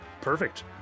Perfect